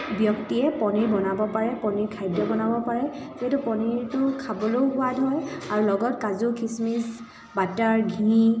ব্যক্তিয়ে পনিৰ বনাব পাৰে পনিৰ খাদ্য বনাব পাৰে যিহেতু পনিৰটো খাবলৈও সোৱাদ হয় আৰু লগত কাজু খিচমিচ বাটাৰ ঘি